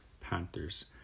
Panthers